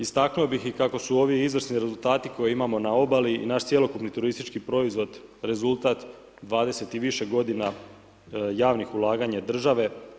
Istaknuo bih i kako su ovi izvrsni rezultati koje imamo na obali i naš cjelokupni turistički proizvod rezultat 20 i više godina javnih ulaganja države.